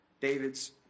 David's